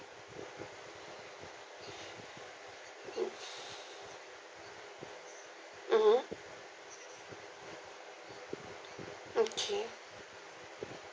mmhmm okay